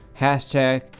hashtag